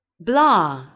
blah